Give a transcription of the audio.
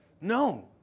No